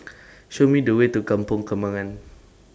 Show Me The Way to Kampong Kembangan